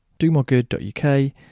domoregood.uk